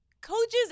coaches